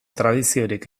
tradiziorik